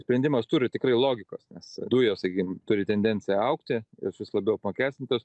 sprendimas turi tikrai logikos nes dujos sakykim turi tendenciją augti jos vis labiau apmokestintos